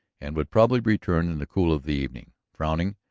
and would probably return in the cool of the evening. frowning,